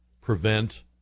prevent